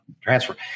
transfer